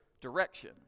direction